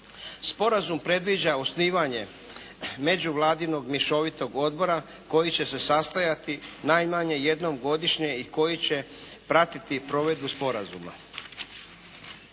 Sporazum predviđa osnivanje međuvladinog mješovitog odbora koji će se sastajati najmanje jednom godišnje i koji će pratiti provedbu sporazuma